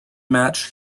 match